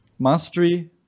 Mastery